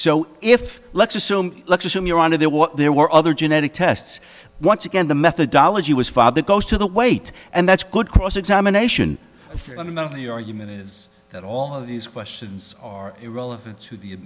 so if let's assume let's assume your honor there was there were other genetic tests once again the methodology was father goes to the weight and that's good cross examination i mean one of the argument is that all of these questions are irrelevant to the